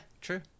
True